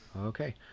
okay